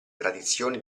tradizioni